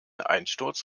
einsturz